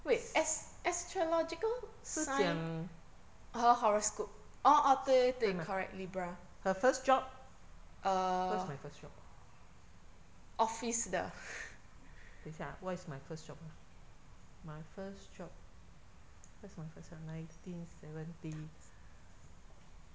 是是讲是吗 her first job what's my first job 等一下啊 what is my first job !huh! my first job what is my first one nineteen seventy